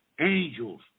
angels